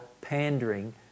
pandering